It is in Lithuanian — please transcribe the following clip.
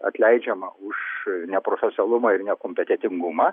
atleidžiama už neprofesionalumą ir nekompetentingumą